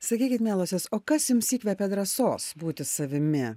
sakykit mielosios o kas jums įkvėpė drąsos būti savimi